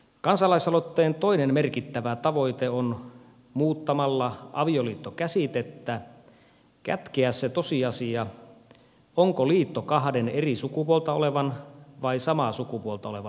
kansalaisaloitteen toinen merkittävä tavoite on muuttamalla avioliittokäsitettä kätkeä se tosiasia onko liitto kahden eri sukupuolta olevan vai samaa sukupuolta olevan henkilön